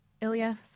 Ilya